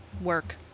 work